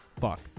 fuck